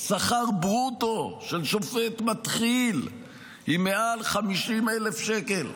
שכר ברוטו של שופט מתחיל היא מעל 50,000 שקל.